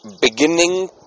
beginning